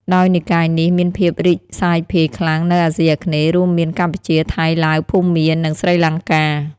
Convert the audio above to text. ដោយនិកាយនេះមានភាពរីកសាយភាយខ្លាំងនៅអាស៊ីអាគ្នេយ៍ រួមមានកម្ពុជា ថៃ ឡាវ ភូមា និងស្រីលង្កា។